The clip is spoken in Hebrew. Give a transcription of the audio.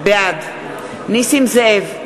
בעד נסים זאב,